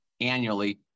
annually